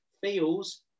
feels